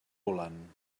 volant